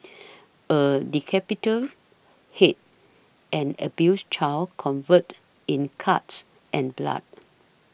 a decapitated head an abused child covered in cuts and blood